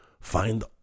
Find